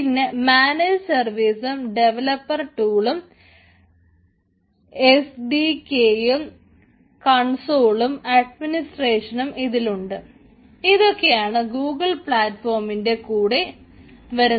പിന്നെ മാനേജ് സർവീസും കൂടെ വരുന്നത്